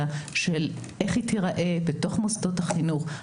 של איך היא תיראה בתוך מוסדות החינוך,